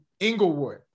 Englewood